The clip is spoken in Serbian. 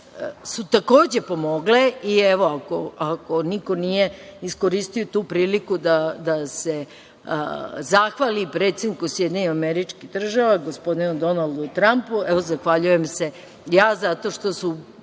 su, takođe, pomogle i, evo, ako niko nije iskoristio tu priliku da se zahvali predsedniku SAD gospodinu Donaldu Trampu, evo zahvaljujem se ja zato što su